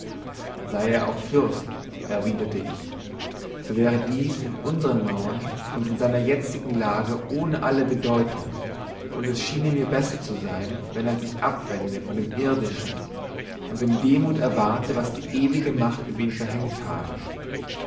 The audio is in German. sei er auch fürst erwiderte ich so wäre dies in unsern mauern und in seiner jetzigen lage ohne alle bedeutung und es schiene mir besser zu sein wenn er sich abwende von dem irdischen und in demut erwarte was die ewige macht über ihn verhängt habe